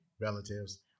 relatives